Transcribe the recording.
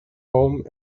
home